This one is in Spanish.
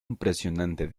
impresionante